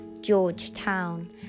Georgetown